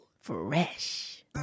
Fresh